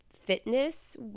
fitness